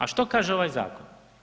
A što kaže ovaj Zakon?